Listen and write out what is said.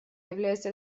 является